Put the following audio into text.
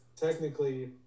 technically